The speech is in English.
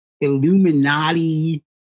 Illuminati